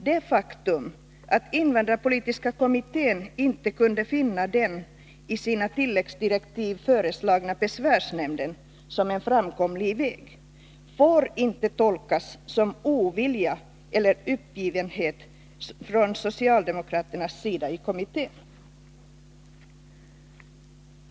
Det faktum att invandrarpolitiska kommittén inte kunde finna den i tilläggsdirektiven föreslagna besvärsnämnden som en framkomlig väg, får inte tolkas som ovilja eller uppgivenhet från socialdemokraterna i kommittén.